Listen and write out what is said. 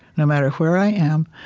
no matter where i am,